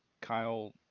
Kyle